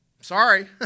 Sorry